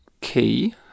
key